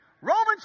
Romans